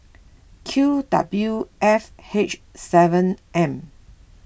Q W F H seven M